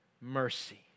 mercy